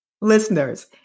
Listeners